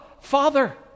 Father